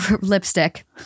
Lipstick